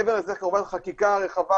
מעבר לזה כמובן חקיקה רחבה,